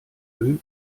müll